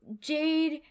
Jade